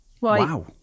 wow